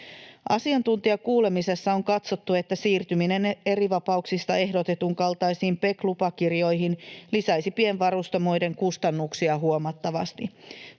Asiantuntijakuulemisessa on katsottu, että siirtyminen erivapauksista ehdotetun kaltaisiin PEC-lupakirjoihin lisäisi pienvarustamoiden kustannuksia huomattavasti.